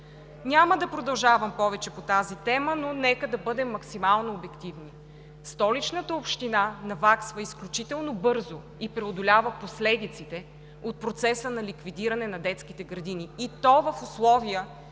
Няма да продължавам повече по тази тема, но нека да бъдем максимално обективни. Столичната община наваксва изключително бързо и преодолява последиците от процеса на ликвидиране на детските градини, и то в условия